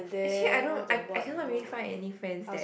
actually I don't I I cannot really find any friends that